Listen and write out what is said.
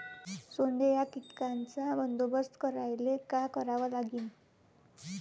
सोंडे या कीटकांचा बंदोबस्त करायले का करावं लागीन?